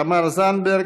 תמר זנדברג,